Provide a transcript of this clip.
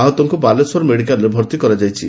ଆହତଙ୍କୁ ବାଲେଶ୍ୱର ମେଡ଼ିକାଲରେ ଭର୍ତି କରାଯାଇଛି